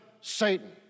Satan